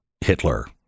Hitler